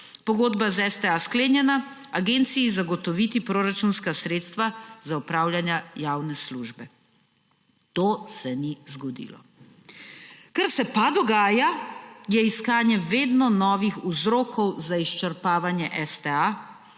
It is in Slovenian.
pogodba z STA sklenjena, agenciji zagotoviti proračunska sredstva za opravljanje javne službe. To se ni zgodilo. Kar se pa dogaja, je iskanje vedno novih vzrokov za izčrpavanje STA,